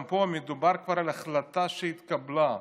גם פה מדובר על החלטה שכבר התקבלה,